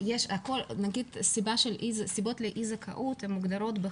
סיבות לאי זכאות מוגדרות בחוק,